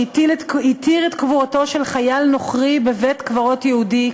שהתיר את קבורתו של חייל נוכרי בבית-קברות יהודי,